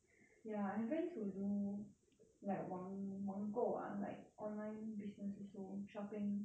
ya I have friends who do like 网网购 ah like online business also shopping